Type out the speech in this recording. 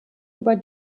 über